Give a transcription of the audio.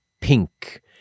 pink